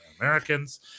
Americans